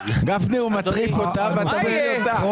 גפני, הוא מטריף אותה ואתה מוציא אותה.